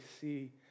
see